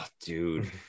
dude